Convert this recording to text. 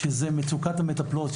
שזה מצוקת המטפלות,